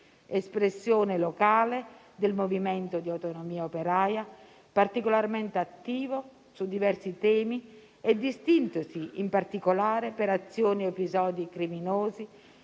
espressione locale del movimento di Autonomia operaia, particolarmente attivo su diversi temi e distintosi in particolare per azioni ed episodi criminosi